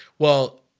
well,